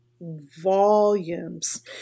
volumes